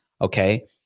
Okay